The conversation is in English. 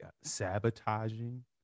sabotaging